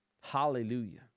hallelujah